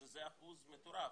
שזה אחוז מטורף,